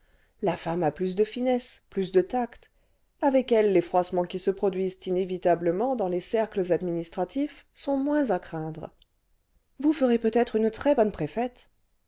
la femme a plus de finesse plus de tact avec elle les froissements qui se produisent inévitablement dans les cercles administratifs sont moins à craindre vous ferez peut-être une très bonne préfète